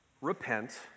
repent